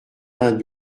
vingt